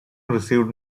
received